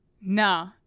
No